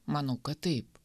manau kad taip